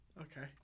Okay